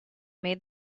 made